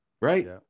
right